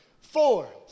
four